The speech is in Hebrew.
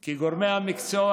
כי גורמי המקצוע